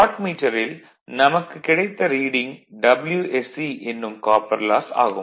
வாட்மீட்டரில் நமக்கு கிடைத்த reading Wsc என்னும் காப்பர் லாஸ் ஆகும்